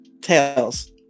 tails